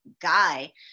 Guy